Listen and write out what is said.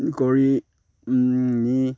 কৰি